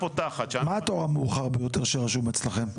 התור המאוחר ביותר שרשום אצלכם?